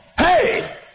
hey